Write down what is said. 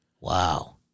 Wow